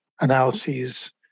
analyses